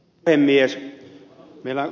arvoisa puhemies